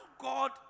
God